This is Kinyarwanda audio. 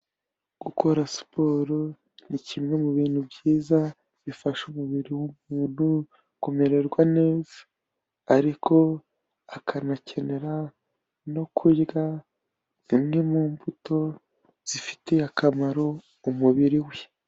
Gukora siporo ni kimwe mu bintu byiza bifasha umubiri w'umuntu kumererwa neza ariko akanakenera no kurya zimwe mu mbuto zifitiye akamaro umubiri we.